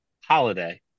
holiday